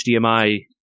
HDMI